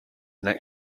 next